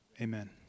Amen